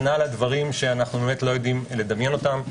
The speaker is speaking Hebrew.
דברים שאנו לא יודעים לדמיין אותם.